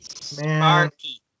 Sparky